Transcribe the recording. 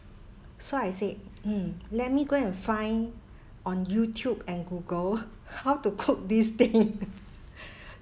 so I said mm let me go and find on youtube and google how to cook this thing